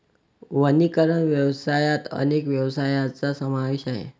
वनीकरण व्यवसायात अनेक व्यवसायांचा समावेश आहे